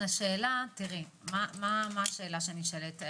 מה השאלה שנשאלת?